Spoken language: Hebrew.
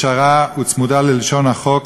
ישרה וצמודה ללשון החוק,